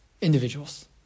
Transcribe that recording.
individuals